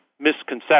misconception